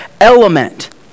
element